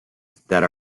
that